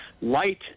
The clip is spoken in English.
light